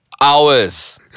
Hours